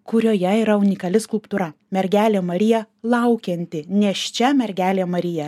kurioje yra unikali skulptūra mergelė marija laukianti nėščia mergelė marija